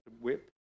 whip